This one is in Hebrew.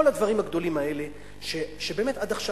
כל הדברים הגדולים האלה שבאמת עד עכשיו